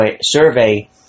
survey